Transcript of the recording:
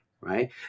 right